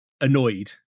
annoyed